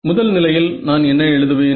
முதல் நிலையில் நான் என்ன எழுதுவேன்